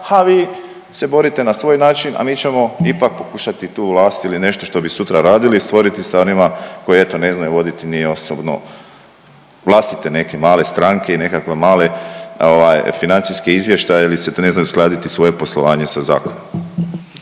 ha vi se borite na svoj način, a mi ćemo ipak pokušati tu vlast ili nešto što bi sutra radili stvoriti sa onima koji eto ne znaju voditi ni osobnu vlastite neke male stranke i nekakve male financijske izvještaje ili ne znaju uskladiti svoje poslovanje sa zakonom.